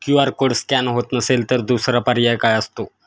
QR code scan होत नसेल तर दुसरा पर्याय काय असतो?